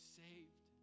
saved